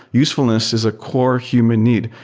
usefulness is a core human need.